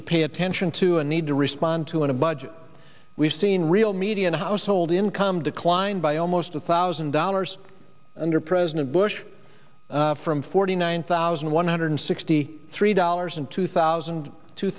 to pay attention to a need to respond to a budget we've seen real median household income declined by almost two thousand dollars under president bush from forty nine thousand one hundred sixty three dollars in two thousand two